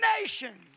nations